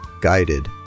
guided